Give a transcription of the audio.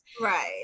Right